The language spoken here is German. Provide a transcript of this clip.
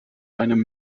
einem